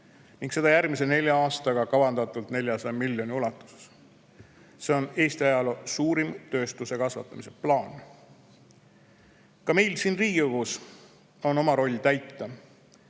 ning seda järgmise nelja aastaga kava kohaselt 400 miljoni ulatuses. See on Eesti ajaloo suurim tööstuse kasvatamise plaan. Ka meil siin Riigikogus on oma roll täita.